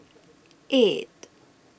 eight